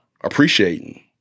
appreciating